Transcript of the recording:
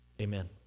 Amen